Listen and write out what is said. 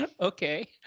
Okay